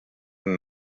und